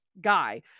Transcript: guy